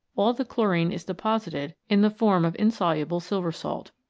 all the chlorine is deposited in the form of insoluble silver salt.